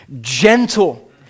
gentle